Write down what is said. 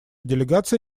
делегация